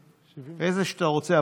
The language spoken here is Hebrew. איזו שאתה רוצה,